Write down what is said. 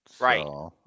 Right